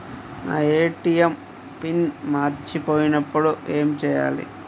నా ATM PIN మర్చిపోయినప్పుడు ఏమి చేయాలి?